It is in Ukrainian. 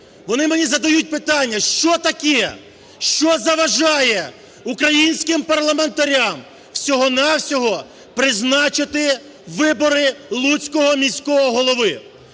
Вони мені задають питання, що таке, що заважає українським парламентарям всього-на-всього призначити вибори Луцького міського голови.